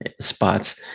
Spots